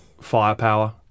firepower